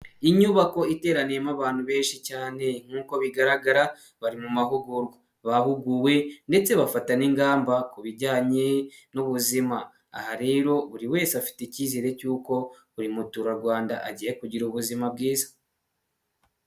Inyubako iteraniyemo abantu benshi cyane nk'uko bigaragara bari mu mahugurwa, bahuguwe ndetse bafata n'ingamba ku bijyanye n'ubuzima, aha rero buri wese afite icyizere cy'uko buri muturarwanda agiye kugira ubuzima bwiza.